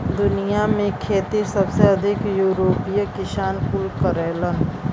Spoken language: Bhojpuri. दुनिया में खेती सबसे अधिक यूरोपीय किसान कुल करेलन